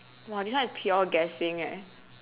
!wah! this one is pure guessing leh